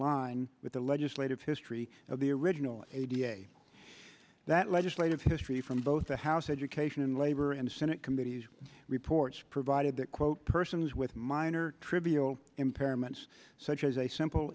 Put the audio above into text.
line with the legislative history of the original a da that legislative history from both the house education and labor and senate committee reports provided that quote persons with minor trivial impairments such as a simple